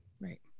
Right